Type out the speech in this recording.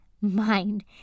mind